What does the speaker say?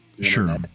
sure